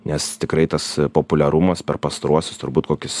nes tikrai tas populiarumas per pastaruosius turbūt kokius